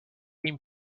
team